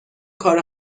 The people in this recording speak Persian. کار